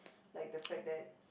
like the fact that